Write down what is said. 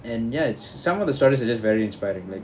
and ya s~ some of the stories are just very inspiring like